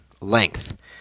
length